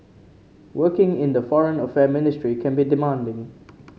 working in the Foreign Affair ministry can be demanding